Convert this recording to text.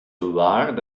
waar